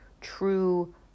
true